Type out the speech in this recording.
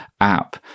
app